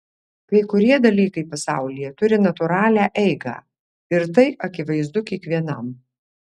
kai kurie dalykai pasaulyje turi natūralią eigą ir tai akivaizdu kiekvienam